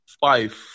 Five